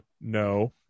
No